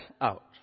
out